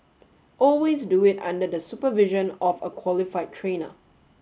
always do it under the supervision of a qualified trainer